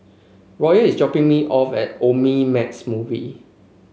Royal is dropping me off at Omnimax Movie